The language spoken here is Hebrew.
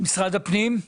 משרד הפנים,